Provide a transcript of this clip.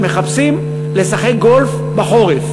שמחפשים לשחק גולף בחורף